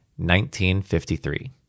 1953